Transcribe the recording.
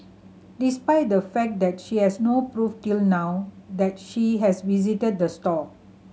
despite the fact that she has no proof till now that she has visited the store